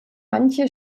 manche